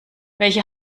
welche